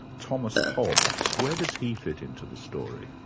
thomas hobbes. where does he fit in to the story?